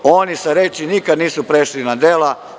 Oni sa reči, nikada nisu prešli na dela.